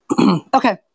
Okay